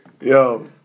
Yo